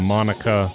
Monica